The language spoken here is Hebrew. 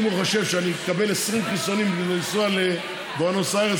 אם הוא חושב שאני אקבל 20 חיסונים בשביל לנסוע לבואנוס איירס,